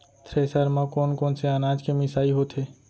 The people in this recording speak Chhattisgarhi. थ्रेसर म कोन कोन से अनाज के मिसाई होथे?